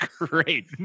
great